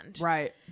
Right